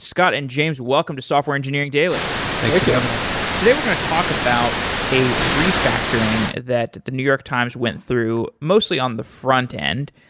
scott and james, welcome to software engineering daily thanks for having us today, we are going to talk about a refactoring that the new york times went through, mostly on the front-end.